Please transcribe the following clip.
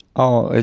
oh, ah